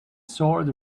sword